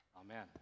Amen